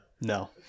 no